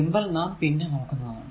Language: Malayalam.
സിംബൽ നാം പിന്നെ നോക്കുന്നതാണ്